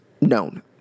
known